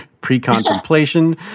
pre-contemplation